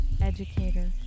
educator